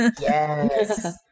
Yes